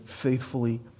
faithfully